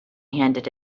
handed